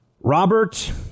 Robert